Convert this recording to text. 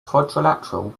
quadrilateral